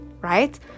right